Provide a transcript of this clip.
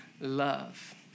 love